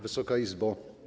Wysoka Izbo!